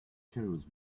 curious